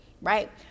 Right